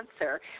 answer